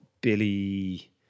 Billy